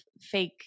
fake